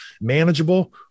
manageable